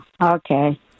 Okay